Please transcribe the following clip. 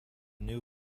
new